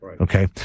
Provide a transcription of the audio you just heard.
Okay